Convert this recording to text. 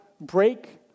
break